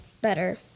better